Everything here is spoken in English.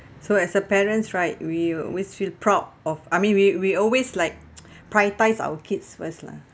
so as a parents right we always feel proud of I mean we we always like prioritise our kids first lah